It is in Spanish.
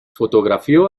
fotografió